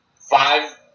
five